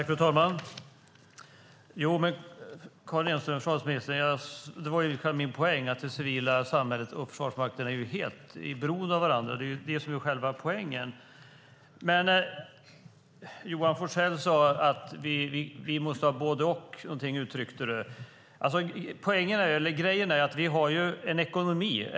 Fru talman! Min poäng, försvarsminister Karin Enström, var just att det civila samhället och Försvarsmakten är helt beroende av varandra. Johan Forssell uttryckte att vi måste ha både och, men grejen är att vi har en ekonomi.